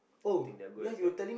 I think that good as well